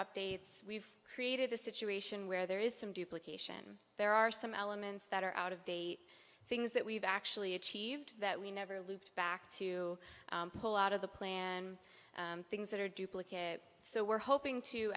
updates we've created a situation where there is some duplication there are some elements that are out of date things that we've actually achieved that we never looped back to pull out of the plan things that are duplicate so we're hoping to